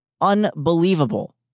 Unbelievable